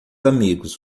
amigos